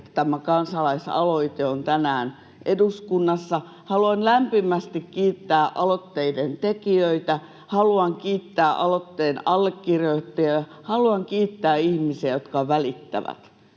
että tämä kansalaisaloite on tänään eduskunnassa. Haluan lämpimästi kiittää aloitteen tekijöitä, haluan kiittää aloitteen allekirjoittajia, haluan kiittää ihmisiä, jotka välittävät.